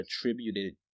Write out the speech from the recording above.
attributed